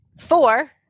four